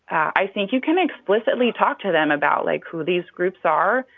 i think you can explicitly talk to them about, like, who these groups are,